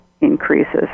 increases